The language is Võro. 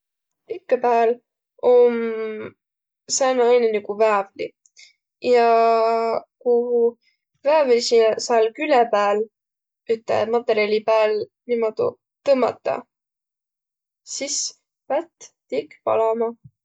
Tikkõ pääl om sääne ainõ nigu väävli. Ja ku väävli se- sääl küle pääl, üte matõrjali pääl niimoodu tõmmata, sis lätt tikk palama.